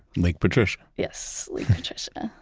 lake patricia yes, lake patricia,